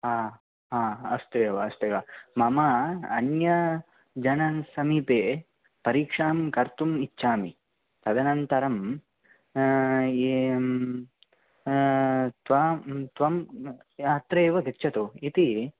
हा हा अस्तु एव अस्तु एव मम अन्य जनान् समीपे परीक्षां कर्तुम् इच्छामि तदनन्तरम् ए अम् त्वां त्वम् अत्रैव गच्छतु इति